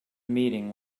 meeting